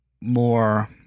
more